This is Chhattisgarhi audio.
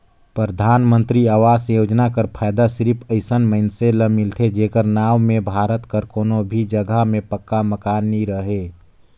परधानमंतरी आवास योजना कर फएदा सिरिप अइसन मइनसे ल मिलथे जेकर नांव में भारत कर कोनो भी जगहा में पक्का मकान नी रहें